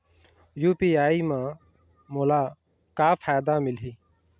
UPI म मोला का फायदा मिलही?